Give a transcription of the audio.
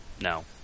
No